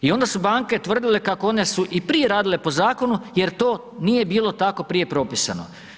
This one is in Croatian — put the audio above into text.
I onda su banke tvrdile kako one su i prije radile po zakonu jer to nije bilo tako prije propisano.